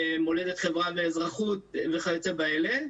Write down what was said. מולדת, חברה, אזרחות וכיוצא באלה.